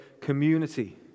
community